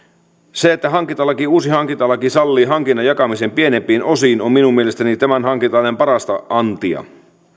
se että uusi hankintalaki sallii hankinnan jakamisen pienempiin osiin on minun mielestäni tämän hankintalain parasta antia